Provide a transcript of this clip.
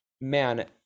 man